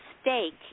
stake